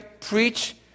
preach